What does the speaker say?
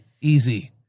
Easy